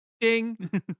ding